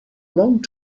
long